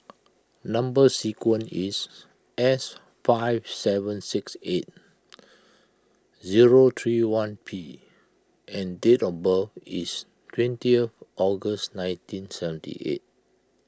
Number Sequence is S five seven six eight zero three one P and date of birth is twentieth August nineteen seventy eight